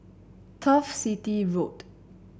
Turf City Road